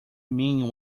mean